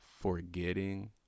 Forgetting